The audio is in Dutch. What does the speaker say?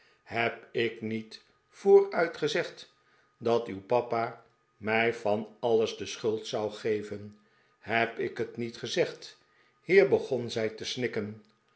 heb ik niet yooruit gezegd dat uw papa mij van alles de schuld zou geven heb ik het niet gezegd hier begon zij te snikken